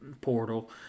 portal